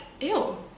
ew